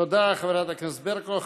תודה לחברת הכנסת ברקו.